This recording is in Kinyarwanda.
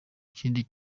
kindi